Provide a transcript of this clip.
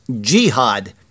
jihad